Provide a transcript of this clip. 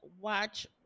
watch